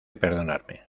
perdonarme